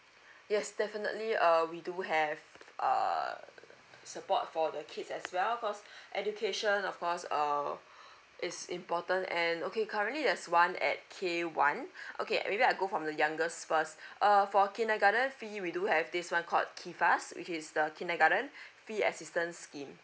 yes definitely uh we do have err support for the kids as well cause education of course uh it's important and okay currently there's one at K one okay maybe I go from the youngest first uh for kindergarten fee we do have this one called kifas which is the kindergarten fee assistance scheme